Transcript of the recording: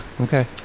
Okay